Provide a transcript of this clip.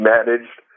Managed